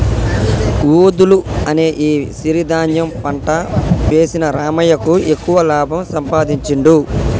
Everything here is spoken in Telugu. వూదలు అనే ఈ సిరి ధాన్యం పంట వేసిన రామయ్యకు ఎక్కువ లాభం సంపాదించుడు